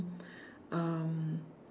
um